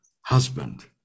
husband